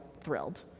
thrilled